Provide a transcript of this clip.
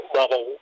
level